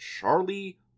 Charlie